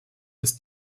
ist